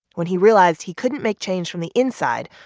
when he realized he couldn't make change from the inside,